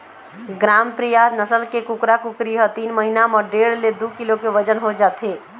ग्रामप्रिया नसल के कुकरा कुकरी ह तीन महिना म डेढ़ ले दू किलो के बजन हो जाथे